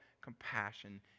compassion